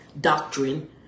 doctrine